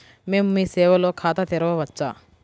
మేము మీ సేవలో ఖాతా తెరవవచ్చా?